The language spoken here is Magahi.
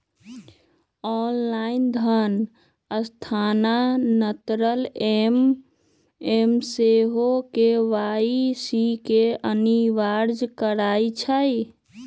ऑनलाइन धन स्थानान्तरण ऐप सेहो के.वाई.सी के अनिवार्ज करइ छै